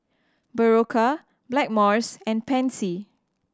Berocca Blackmores and Pansy